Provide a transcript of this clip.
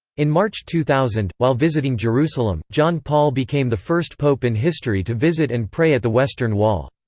in march two thousand, while visiting jerusalem, john paul became the first pope in history to visit and pray at the western wall.